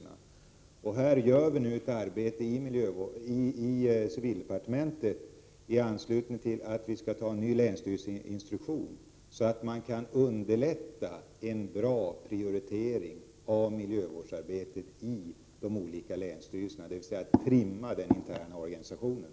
På den punkten gör vi ett arbete i civildepartementet i anslutning till att vi skall utfärda en ny länsstyrelseinstruktion, och på det sättet hoppas vi kunna underlätta en bra prioritering av miljövårdsarbetet i de olika länsstyrelserna, dvs. trimma den interna organisationen.